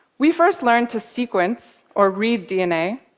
we first learned to sequence, or read dna,